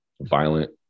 violent